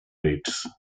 rates